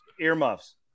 Earmuffs